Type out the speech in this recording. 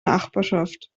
nachbarschaft